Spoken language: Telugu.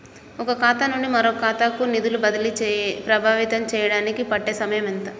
ఒక ఖాతా నుండి మరొక ఖాతా కు నిధులు బదిలీలు ప్రభావితం చేయటానికి పట్టే సమయం ఎంత?